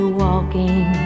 walking